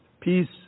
peace